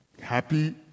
Happy